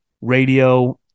radio